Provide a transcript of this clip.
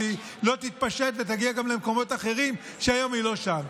לא תתפשט ותגיע גם למקומות אחרים שהיום היא לא נמצאת בהם.